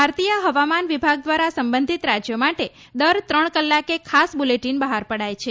ભારતીય હવામાન વિભાગ દ્વારા સંબંધિત રાજયો માટે દર ત્રણ કલાકે ખાસ બુલેટિન બહાર પડાય છે